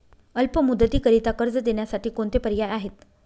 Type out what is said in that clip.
अल्प मुदतीकरीता कर्ज देण्यासाठी कोणते पर्याय आहेत?